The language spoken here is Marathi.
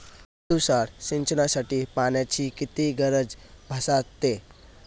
तुषार सिंचनासाठी पाण्याची किती गरज भासते?